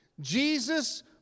Jesus